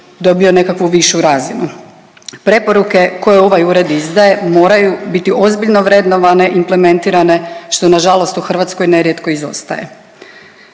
dobio nekakvu višu razinu. Preporuke koje ovaj ured izdaje moraju biti ozbiljno vrednovane i implementirane, što nažalost u Hrvatskoj nerijetko izostaje.